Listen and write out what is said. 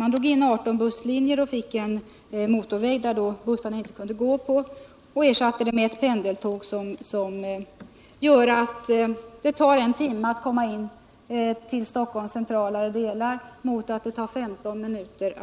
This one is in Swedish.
Man byggde en motorväg där bussarna inte kunde gå, drog in 18 busslinjer och ersatte dem med ett pendeltåg, med vilket det tar en timme att komma in till Stockholms centrala delar mot femton minuter